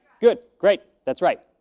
good! great. that's right.